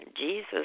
Jesus